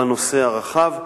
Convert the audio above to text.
בנושא הרחב,